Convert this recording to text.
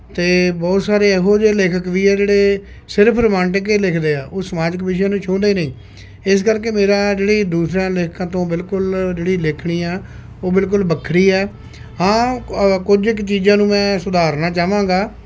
ਅਤੇ ਬਹੁਤ ਸਾਰੇ ਇਹੋ ਜਿਹੇ ਲੇਖਕ ਵੀ ਆ ਜਿਹੜੇ ਸਿਰਫ ਰੋਮਾਂਟਿਕ ਏ ਲਿਖਦੇ ਆ ਉਹ ਸਮਾਜਿਕ ਵਿਸ਼ੇ ਨੂੰ ਛੂੰਹਦੇ ਨਹੀਂ ਇਸ ਕਰਕੇ ਮੇਰਾ ਜਿਹੜੀ ਦੂਸਰਿਆਂ ਲੇਖਕਾਂ ਤੋਂ ਬਿਲਕੁਲ ਜਿਹੜੀ ਲਿਖਣੀ ਆ ਉਹ ਬਿਲਕੁਲ ਵੱਖਰੀ ਹੈ ਹਾਂ ਕੁਝ ਕੁ ਚੀਜ਼ਾਂ ਨੂੰ ਮੈਂ ਸੁਧਾਰਨਾ ਚਾਹਵਾਂਗਾ